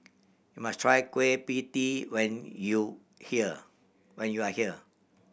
you must try Kueh Pie Tee when you here when you are here